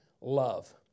love